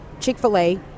Chick-fil-A